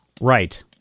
Right